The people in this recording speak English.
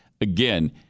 again